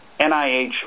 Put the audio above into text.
NIH